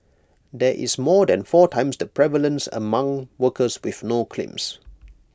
there is more than four times the prevalence among workers with no claims